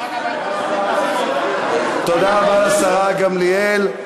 תודה רבה לשרה גמליאל.